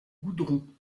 goudron